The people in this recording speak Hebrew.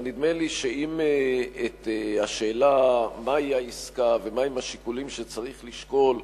אבל נדמה לי שעם השאלה מהי העסקה ומהם השיקולים שצריך לשקול,